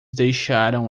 deixaram